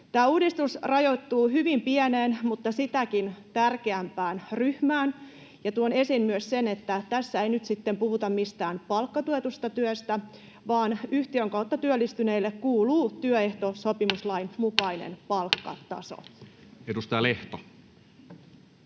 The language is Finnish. Tämä uudistus rajoittuu hyvin pieneen mutta sitäkin tärkeämpään ryhmään, ja tuon esiin myös sen, että tässä ei nyt sitten puhuta mistään palkkatuetusta työstä, vaan yhtiön kautta työllistyneille kuuluu työehtosopimuslain mukainen palkkataso. Edustaja Lehto.